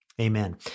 Amen